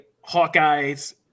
Hawkeye's